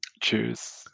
Cheers